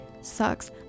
sucks